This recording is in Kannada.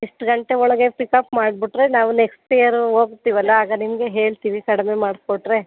ಇಷ್ಟು ಗಂಟೆ ಒಳಗೆ ಪಿಕಪ್ ಮಾಡ್ಬಿಟ್ರೆ ನಾವು ನೆಕ್ಸ್ಟ್ ಇಯರ್ ಹೋಗ್ತೀವಲ್ಲ ಆಗ ನಿಮಗೆ ಹೇಳ್ತೀವಿ ಕಡಿಮೆ ಮಾಡಿಕೊಟ್ರೆ